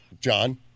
John